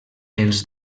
els